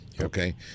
Okay